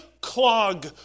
clog